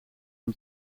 een